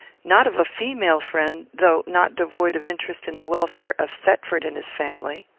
not of a female friend, though not devoid of interest in the welfare of thetford and his family.